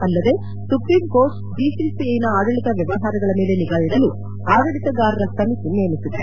ಅಲ್ಲದೆ ಸುಪ್ರೀಂಕೋರ್ಟ್ ಬಿಸಿಸಿಐನ ಆಡಳಿತ ವ್ಯವಹಾರಗಳ ಮೇಲೆ ನಿಗಾ ಇಡಲು ಆಡಳಿತಗಾರರ ಸಮಿತಿಯೊಂದನ್ನು ನೇಮಿಸಿದೆ